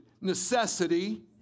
Necessity